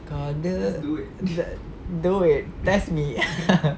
kalau dia do it that's me